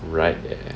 right there